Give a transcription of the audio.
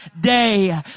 day